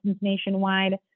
nationwide